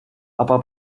aber